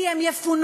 כי הם יפונו.